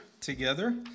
together